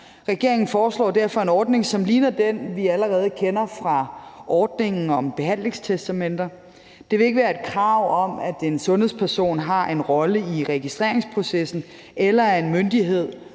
Regeringen foreslår derfor en ordning, som ligner den, vi allerede kender fra ordningen om behandlingstestamenter. Det vil ikke være et krav, at en sundhedsperson har en rolle i registreringsprocessen, eller at en myndighed